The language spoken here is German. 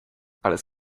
alles